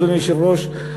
אדוני היושב-ראש,